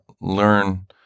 learn